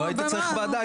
לא היית צריך ועדה,